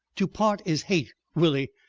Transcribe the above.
to part is hate, willie.